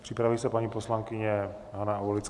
Připraví se paní poslankyně Hana Aulická.